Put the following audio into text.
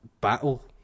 battle